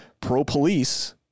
pro-police